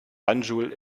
banjul